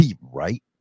Right